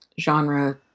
genre